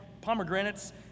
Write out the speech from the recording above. pomegranates